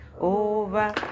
Over